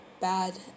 bad